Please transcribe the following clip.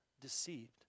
deceived